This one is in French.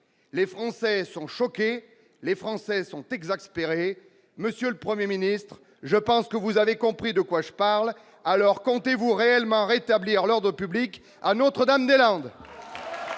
Les Français sont choqués ; les Français sont exaspérés ! Monsieur le Premier ministre, je pense que vous avez compris de quoi je parle ! Comptez-vous réellement rétablir l'ordre public à Notre-Dame-des-Landes ?